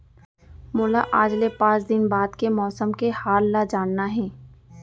मोला आज ले पाँच दिन बाद के मौसम के हाल ल जानना हे?